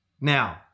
Now